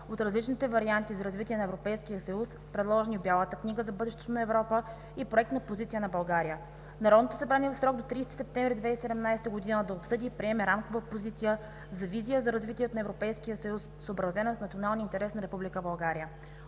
от различните варианти за развитие на Европейския съюз, предложени в Бялата книга за бъдещето на Европа, и проектна позиция на България; Народното събрание в срок до 30 септември 2017 г. да обсъди и приеме рамкова позиция за визия за развитието на Европейския съюз, съобразена с националния интерес на Република България.